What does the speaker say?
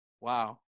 Wow